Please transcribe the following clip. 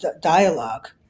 dialogue